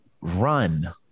run